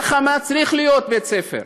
ברחמה צריך להיות בית ספר,